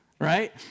Right